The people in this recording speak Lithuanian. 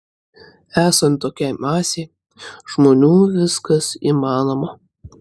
esant tokiai masei žmonių viskas įmanoma